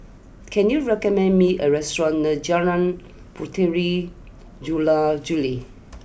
can you recommend me a restaurant near Jalan Puteri Jula Juli